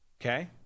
Okay